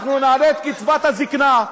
אנחנו נעלה את קצבת הזקנה,